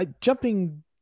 Jumping